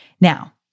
Now